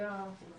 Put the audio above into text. זה הפורמאט.